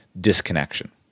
disconnection